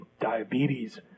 diabetes